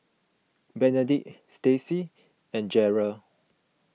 Benedict Staci and Gerold